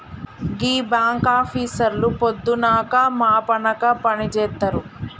గీ బాంకాపీసర్లు పొద్దనక మాపనక పనిజేత్తరు